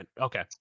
okay